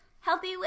healthy